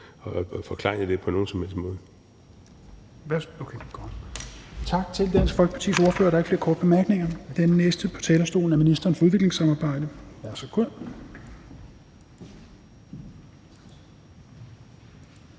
at forklejne det på nogen som helst måde.